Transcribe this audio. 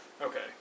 Okay